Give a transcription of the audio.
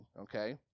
Okay